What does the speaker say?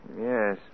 Yes